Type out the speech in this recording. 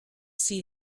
see